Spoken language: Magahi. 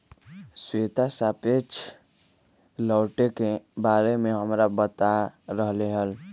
श्वेता सापेक्ष लौटे के बारे में हमरा बता रहले हल